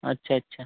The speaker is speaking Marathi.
अच्छा अच्छा